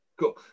Cool